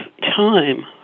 time